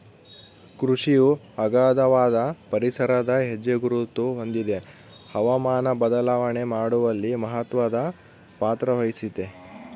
ಕೃಷಿಯು ಅಗಾಧವಾದ ಪರಿಸರದ ಹೆಜ್ಜೆಗುರುತ ಹೊಂದಿದೆ ಹವಾಮಾನ ಬದಲಾವಣೆ ಮಾಡುವಲ್ಲಿ ಮಹತ್ವದ ಪಾತ್ರವಹಿಸೆತೆ